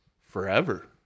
forever